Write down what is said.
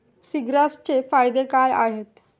सीग्रासचे फायदे काय आहेत?